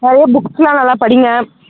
நிறைய புக்ஸ் எல்லாம் நல்லா படிங்க